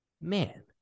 man